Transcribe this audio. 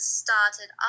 started